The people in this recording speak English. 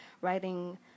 writing